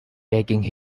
taking